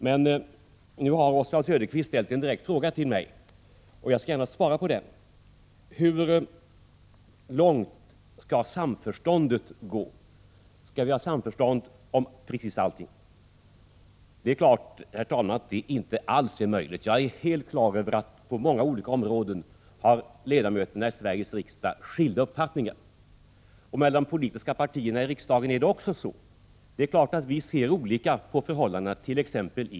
Men nu har Oswald Söderqvist ställt en direkt fråga till mig, som jag gärna skall svara på. Han frågade hur långt samförståndet skulle gå och om vi skulle ha samförstånd om precis allting. Det är klart, herr talman, att det alls inte är möjligt. Jag är helt på det klara med att ledamöterna i Sveriges riksdag har skilda uppfattningar på många olika områden. Så är det också mellan de politiska partierna i riksdagen. Självfallet ser vi olika på förhållandena it.ex.